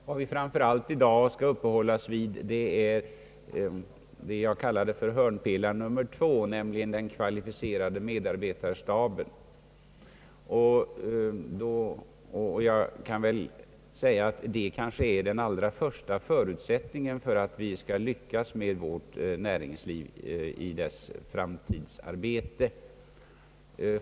Vad vi framför allt i dag skall uppehålla oss vid är vad jag kallar för hörnpelaren nummer två, nämligen den kvalificerade medarbetarstaben. Jag kan väl säga att det är den allra första förutsättningen för att vi skall lyckas med vårt näringsliv i dess framtida arbete.